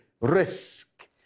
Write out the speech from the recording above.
risk